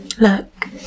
Look